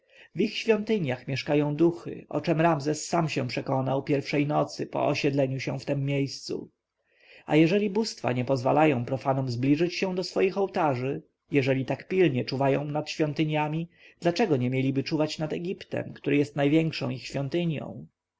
ich świątyniach mieszkają duchy o czem ramzes sam się przekonał pierwszej nocy po osiedleniu się w tem miejscu a jeżeli bóstwa nie pozwalają profanom zbliżać się do swoich ołtarzy jeżeli tak pilnie czuwają nad świątyniami dlaczego nie mieliby czuwać nad egiptem który jest największą ich świątynią